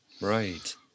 Right